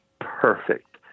perfect